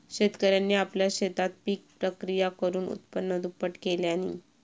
शेतकऱ्यांनी आपल्या शेतात पिक प्रक्रिया करुन उत्पन्न दुप्पट केल्यांनी